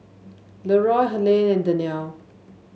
Leeroy Helaine and Daniele